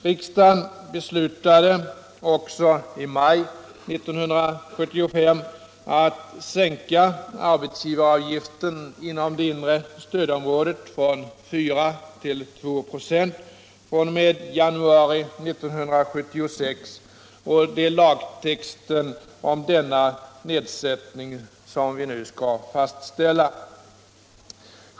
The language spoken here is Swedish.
Riksdagen beslutade också i maj 1975 att sänka arbetsgivaravgiften inom det inre stödområdet från 4 till 2 96 fr.o.m. januari 1976. Det är lagtexten om denna nedsättning som vi nu skall fastställa.